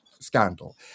scandal